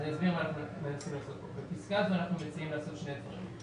כאן הלכנו לשני דברים.